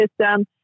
system